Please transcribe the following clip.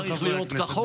צריך להיות כחוק.